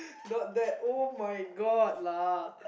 not that [oh]-my-God lah